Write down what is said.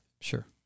Sure